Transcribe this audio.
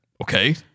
Okay